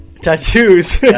Tattoos